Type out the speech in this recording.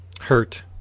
hurt